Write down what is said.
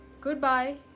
goodbye